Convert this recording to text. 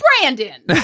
Brandon